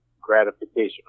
gratification